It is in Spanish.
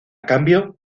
cambio